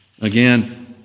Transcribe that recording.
Again